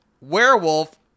werewolf